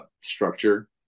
structure